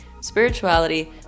spirituality